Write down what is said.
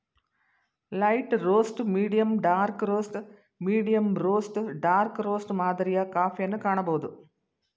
light roast, medium dark roast, medium roast dark roast ಮಾದರಿಯ ಕಾಫಿಯನ್ನು ಕಾಣಬೋದು